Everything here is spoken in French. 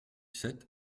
sept